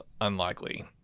unlikely